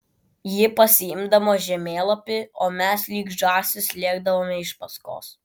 ji pasiimdavo žemėlapį o mes lyg žąsys lėkdavome iš paskos